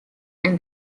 and